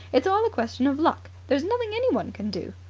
it's all a question of luck. there's nothing anyone can do.